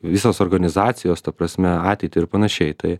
visos organizacijos ta prasme ateitį ir panašiai tai